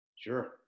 sure